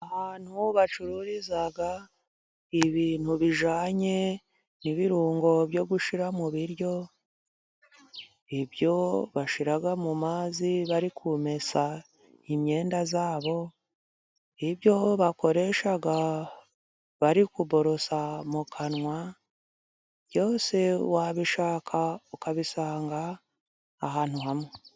Ahantu bacururiza ibintu bijyanye n'ibirungo byo gushyi mu biryo, ibyo bashyira mu mazi bari kumesa imyenda yabo, ibyo bakoresha bari kuborosa mu kanwa, byose wabishaka ukabisanga ahantu hamwe.